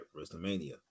WrestleMania